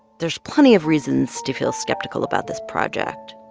there's plenty of reasons to feel skeptical about this project.